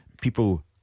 people